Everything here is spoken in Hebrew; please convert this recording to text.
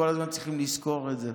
כל הזמן צריכים לזכור את זה.